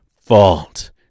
fault